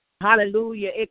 Hallelujah